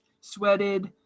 sweated